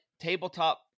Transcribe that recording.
tabletop